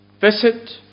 visit